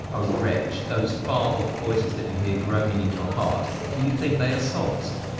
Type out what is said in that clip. o wretch! those far off voices that you hear groaning in your heart, do you think they are sobs?